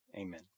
Amen